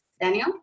Daniel